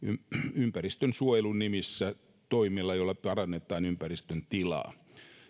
ympäristönsuojelun nimissä toimina joilla parannetaan ympäristön tilaa